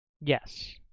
Yes